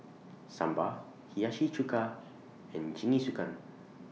Sambar Hiyashi Chuka and Jingisukan